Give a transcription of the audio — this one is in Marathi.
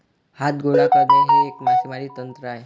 हात गोळा करणे हे एक मासेमारी तंत्र आहे